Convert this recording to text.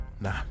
Nah